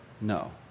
No